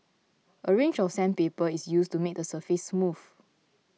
a range of sandpaper is used to make the surface smooth